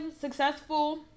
successful